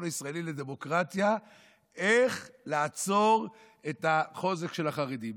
הישראלי לדמוקרטיה איך לעצור את החוזק של החרדים.